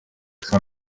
son